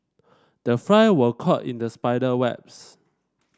the fly were caught in the spider webs